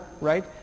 right